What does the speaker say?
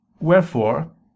wherefore